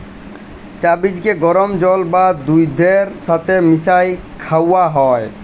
চাঁ বীজকে গরম জল বা দুহুদের ছাথে মিশাঁয় খাউয়া হ্যয়